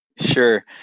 Sure